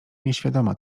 nieświadoma